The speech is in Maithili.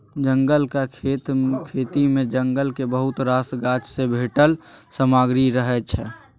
जंगलक खेती मे जंगलक बहुत रास गाछ सँ भेटल सामग्री रहय छै